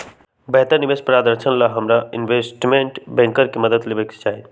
बेहतर निवेश प्रधारक्षण ला हमरा इनवेस्टमेंट बैंकर के मदद लेवे के चाहि